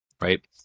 Right